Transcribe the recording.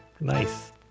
Nice